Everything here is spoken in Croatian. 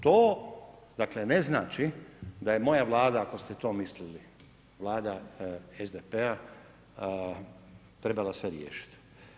To dakle, ne znači da je moja Vlada, ako ste to mislili, Vlada SDP-a trebala sve riješiti.